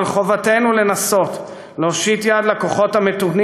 אבל חובתנו לנסות להושיט יד לכוחות המתונים